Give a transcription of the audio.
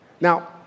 Now